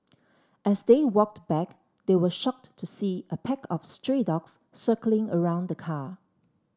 as they walked back they were shocked to see a pack of stray dogs circling around the car